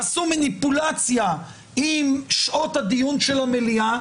עשו מניפולציה עם שעות הדיון של המליאה,